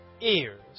ears